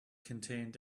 contained